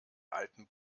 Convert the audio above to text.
alten